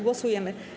Głosujemy.